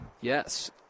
yes